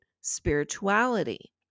spirituality